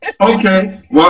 Okay